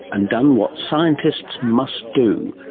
and done what scientists must do,